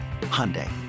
Hyundai